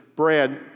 Bread